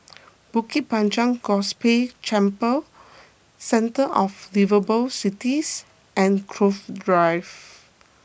Bukit Panjang Gospel Chapel Centre of Liveable Cities and Cove Drive